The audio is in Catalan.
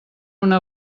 una